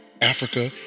Africa